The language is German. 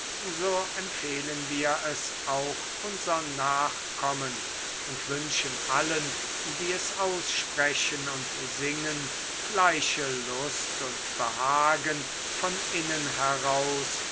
so empfehlen wir es auch unsern nachkommen und wünschen allen die es aussprechen und singen gleiche lust und behagen von innen heraus